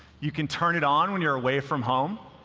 you can turn it on when you're away from home.